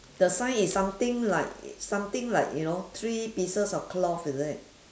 the sign is something like something like you know three pieces of cloth is it